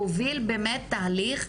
בואי נעשה משהו אחר.